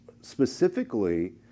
specifically